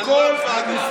כלאם פאדי.